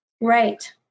Right